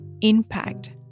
impact